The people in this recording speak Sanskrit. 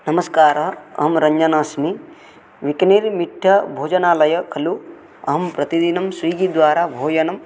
नमस्कारः अहं रञ्जन अस्मि विक्नेरिमिट्ठाभोजनालयः खलु अहं प्रतिदिनं स्विग्गीद्वारा भोजनं